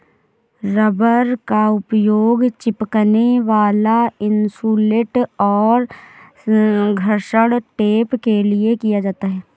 rubber का उपयोग चिपकने वाला इन्सुलेट और घर्षण टेप के लिए किया जाता है